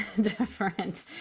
different